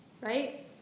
right